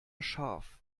scharf